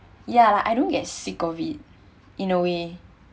ya lah I don't get sick of it in a way